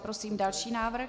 Prosím další návrh.